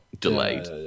delayed